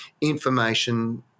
information